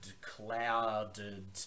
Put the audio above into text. clouded